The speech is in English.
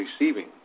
receiving